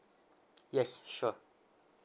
yes sure